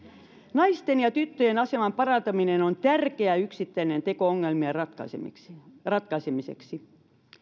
naisten ja tyttöjen aseman parantaminen on tärkeä yksittäinen teko ongelmien ratkaisemiseksi ratkaisemiseksi